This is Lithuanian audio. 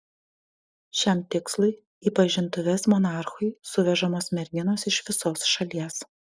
šiam tikslui į pažintuves monarchui suvežamos merginos iš visos šalies